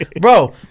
Bro